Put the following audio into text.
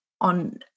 on